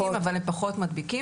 אולי הם מדבקים אבל הם פחות מדביקים.